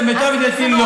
למיטב ידיעתי לא.